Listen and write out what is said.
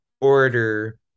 order